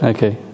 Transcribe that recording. Okay